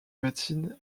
médecine